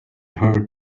her